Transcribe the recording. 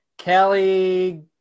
kelly